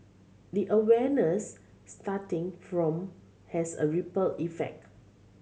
the awareness starting from has a ripple effect